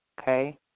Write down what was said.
Okay